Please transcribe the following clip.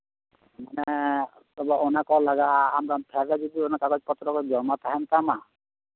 ᱚᱱᱮ ᱚᱱᱟ ᱠᱚ ᱞᱟᱜᱟᱜᱼᱟ ᱟᱢᱟᱜ ᱠᱟᱜᱚᱡ ᱯᱚᱛᱨᱚ ᱠᱚ ᱡᱚᱫᱤ ᱡᱚᱢᱟ ᱛᱟᱸᱦᱮᱱ ᱛᱟᱢ ᱢᱟ